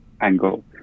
angle